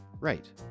Right